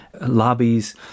lobbies